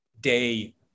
day